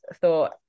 thought